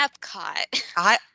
Epcot